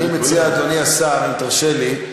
אני מציע, אדוני השר, אם תרשה לי,